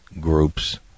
groups